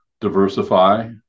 diversify